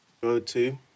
Go-to